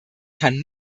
kann